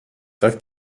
tak